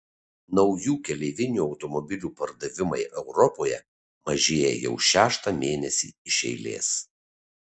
naujų keleivinių automobilių pardavimai europoje mažėja jau šeštą mėnesį ši eilės